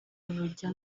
urujya